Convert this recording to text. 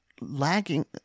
lagging